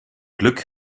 glück